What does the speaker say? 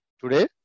Today